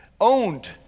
owned